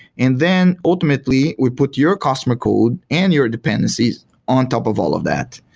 and then ultimately, we put your customer code and your dependencies on top of all of that.